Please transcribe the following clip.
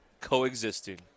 coexisting